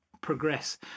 progress